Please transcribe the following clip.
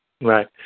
Right